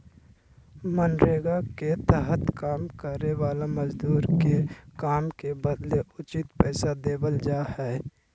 मनरेगा के तहत काम करे वाला मजदूर के काम के बदले उचित पैसा देवल जा हय